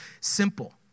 simple